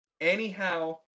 anyhow